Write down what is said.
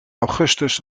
augustus